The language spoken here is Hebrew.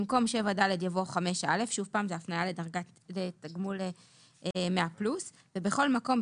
במקום "7(ד)" יבוא ""5א" זו הפניה לדרגת תגמול 100 פלוס - ובכל מקום,